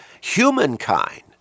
humankind